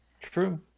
True